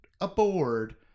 aboard